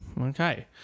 Okay